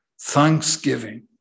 Thanksgiving